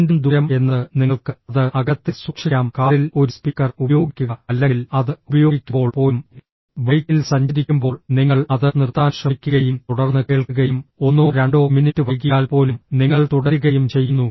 വീണ്ടും ദൂരം എന്നത് നിങ്ങൾക്ക് അത് അകലത്തിൽ സൂക്ഷിക്കാം കാറിൽ ഒരു സ്പീക്കർ ഉപയോഗിക്കുക അല്ലെങ്കിൽ അത് ഉപയോഗിക്കുമ്പോൾ പോലും ബൈക്കിൽ സഞ്ചരിക്കുമ്പോൾ നിങ്ങൾ അത് നിർത്താൻ ശ്രമിക്കുകയും തുടർന്ന് കേൾക്കുകയും ഒന്നോ രണ്ടോ മിനിറ്റ് വൈകിയാൽപ്പോലും നിങ്ങൾ തുടരുകയും ചെയ്യുന്നു